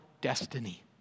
destiny